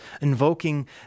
invoking